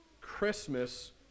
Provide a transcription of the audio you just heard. Christmas